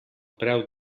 preu